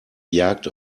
jagd